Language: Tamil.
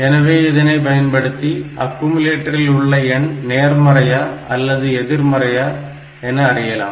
எனவே இதனை பயன்படுத்தி ஆக்குமுலட்டரில் உள்ள எண் நேர்மறையா அல்ல எதிர்மறையா என அறியலாம்